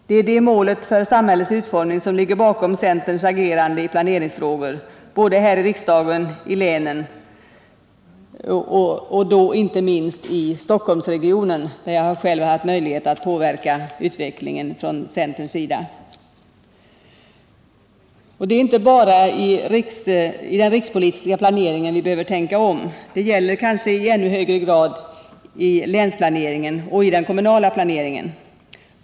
Det är det målet för samhällets utformning som ligger bakom centerns agerande i planeringsfrågor både här i riksdagen och i länen, inte minst i Stockholmsregionen där jag själv som centerpartist har haft möjlighet att påverka utvecklingen. Det är inte bara beträffande den rikspolitiska planeringen som vi behöver tänka om. Det gäller kanske i ännu högre grad i fråga om länsplaneringen och den kommunala planeringen.